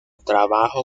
trabajo